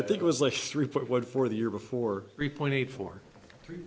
i think it was less three point one for the year before three point eight four three